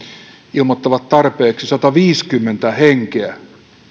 ilmoittavat tarpeeksi sataviisikymmentä henkeä